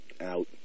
out